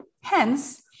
Hence